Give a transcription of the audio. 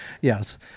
Yes